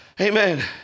Amen